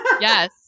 Yes